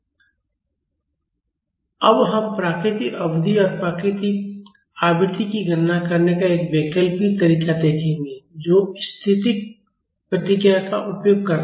अब हम प्राकृतिक अवधि और प्राकृतिक आवृत्ति की गणना करने का एक वैकल्पिक तरीका देखेंगे जो स्थैतिक प्रतिक्रिया का उपयोग कर रहा है